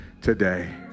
today